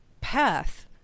path